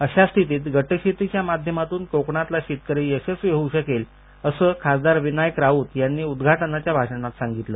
अशा स्थितीत गटशेतीच्या माध्यमातून कोकणातला शेतकरी यशस्वी होऊ शकेल असं खासदार विनायक राऊत यांनी उद्घाटनाच्या भाषणात सांगितलं